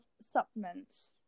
supplements